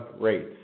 rates